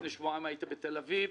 לפני שבועיים הייתי בתל אביב.